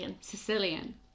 Sicilian